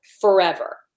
forever